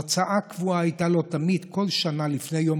הרצאה קבועה הייתה לו כל שנה לפני יום